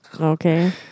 Okay